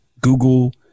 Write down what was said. Google